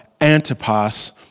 Antipas